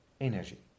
energy